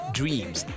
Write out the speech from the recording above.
dreams